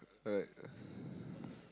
alright